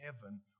heaven